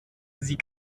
sie